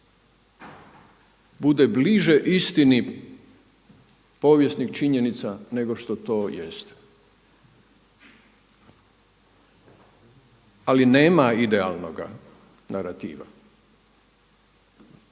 bude bliže istini povijesnih činjenica nego što to jeste. Ali nema idealnoga narativa.